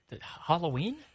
Halloween